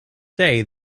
day